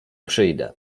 przyjdę